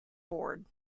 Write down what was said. board